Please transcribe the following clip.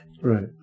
Right